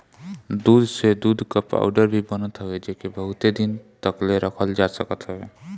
दूध से दूध कअ पाउडर भी बनत हवे जेके बहुते दिन तकले रखल जा सकत हवे